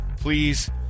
Please